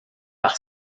par